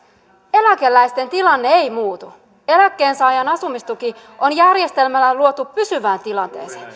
eläkeläisten tilanne ei muutu eläkkeensaajan asumistuki on järjestelmällä luotu pysyvään tilanteeseen